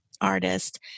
artist